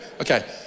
Okay